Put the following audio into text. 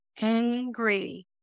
angry